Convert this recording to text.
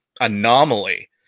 anomaly